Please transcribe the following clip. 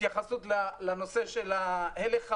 להתייחס להלך הרוח.